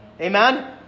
Amen